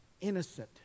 innocent